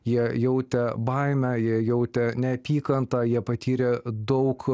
jie jautė baimę jie jautė neapykantą jie patyrė daug